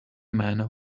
men